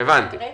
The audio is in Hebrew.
האם